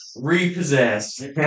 repossessed